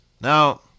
Now